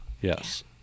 Yes